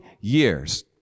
years